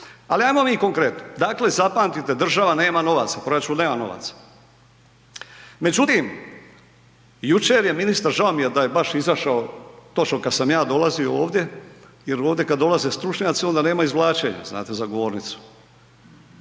Ali ajmo mi konkretno, dakle zapamtite, država nema novaca, proračun nema novaca. Međutim, jučer je ministar, žao mi je da je baš izašao točno kada sam ja dolazio ovdje jer ovdje kada dolaze stručnjaci onda nema izvlačenja znate za govornicu,